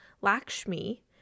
lakshmi